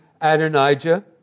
Adonijah